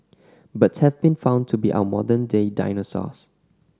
birds have been found to be our modern day dinosaurs